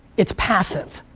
it's passive.